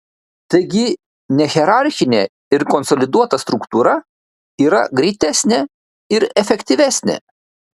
taigi nehierarchinė ir konsoliduota struktūra yra greitesnė ir efektyvesnė